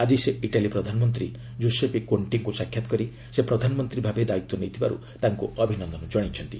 ଆଜି ସେ ଇଟାଲୀ ପ୍ରଧାନମନ୍ତ୍ରୀ କୁସେପି କୋଣ୍ଟି ସାକ୍ଷାତ କରି ସେ ପ୍ରଧାନମନ୍ତ୍ରୀ ଭାବେ ଦାୟିତ୍ୱ ନେଇଥିବାର୍ତ ତାଙ୍କ ଅଭିନନ୍ଦନ ଜଣାଇଛନ୍ତି